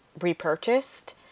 repurchased